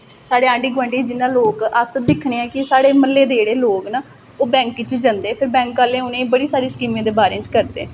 साढ़े आंढी गोआंढी जि'यां लोक अस दिक्खने आं कि साढ़े म्ह्ल्ले दे जेह्ड़े लोक न ओह् बैंक च जंदे बैंक आह्ले उ'नें गी बड़ी सारी स्कीमें दे बारे च करदे